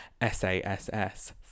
S-A-S-S